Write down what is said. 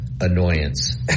annoyance